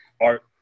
art